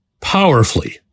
powerfully